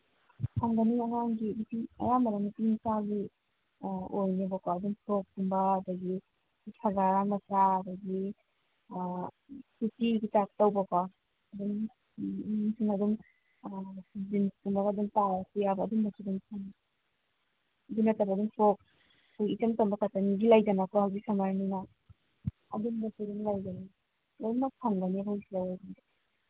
ꯐꯪꯒꯅꯤ ꯑꯉꯥꯡꯒꯤ ꯅꯨꯄꯤ ꯑꯌꯥꯝꯕꯅ ꯅꯨꯄꯤꯃꯆꯥꯒꯤ ꯑꯣꯏꯅꯦꯕꯀꯣ ꯑꯗꯨꯝ ꯐ꯭ꯔꯣꯛꯀꯨꯝꯕ ꯑꯗꯒꯤ ꯁꯂꯋꯥꯔ ꯃꯆꯥ ꯑꯗꯒꯤ ꯀꯨꯔꯇꯤꯒꯤ ꯇꯥꯏꯞ ꯇꯧꯕꯀꯣ ꯑꯗꯨꯝ ꯖꯤꯟꯁꯀꯨꯝꯕ ꯑꯗꯨꯝ ꯄꯥꯔꯁꯨ ꯌꯥꯕ ꯑꯗꯨꯝꯕꯁꯨ ꯑꯗꯨꯝ ꯐꯪꯏ ꯑꯗꯨ ꯅꯠꯇꯕꯗ ꯐ꯭ꯔꯣꯛ ꯑꯩꯈꯣꯏ ꯏꯆꯝ ꯆꯝꯕ ꯀꯇꯟꯒꯤ ꯂꯩꯗꯅꯀꯣ ꯍꯧꯖꯤꯛ ꯁꯝꯔꯅꯤꯅ ꯑꯗꯨꯝꯕꯁꯨ ꯑꯗꯨꯝ ꯂꯩꯒꯅꯤ ꯂꯣꯏꯅꯃꯛ ꯐꯪꯒꯅꯤ ꯑꯩꯈꯣꯏ ꯁꯤꯗ